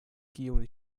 kiun